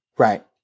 Right